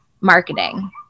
marketing